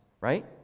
right